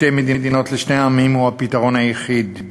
שתי מדינות לשני עמים זה הפתרון היחיד,